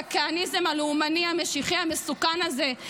את הכהניזם הלאומני המשיחי המסוכן הזה,